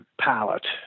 palette